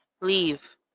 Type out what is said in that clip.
Leave